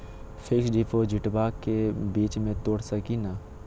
Fix डिपोजिटबा के बीच में तोड़ सकी ना?